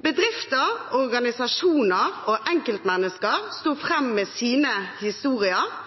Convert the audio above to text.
Bedrifter, organisasjoner og enkeltmennesker sto fram med sine